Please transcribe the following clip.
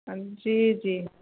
जी जी